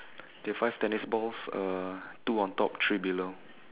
there are five tennis balls uh two on top three below